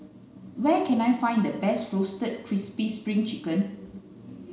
where can I find the best roasted crispy spring chicken